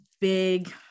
big